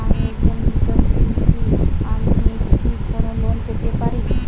আমি একজন মৃৎ শিল্পী আমি কি কোন লোন পেতে পারি?